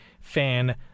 fan